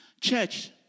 Church